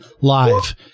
live